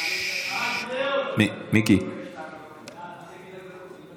אני מאמין לך מבקש להגלות.